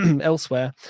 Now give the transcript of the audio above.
elsewhere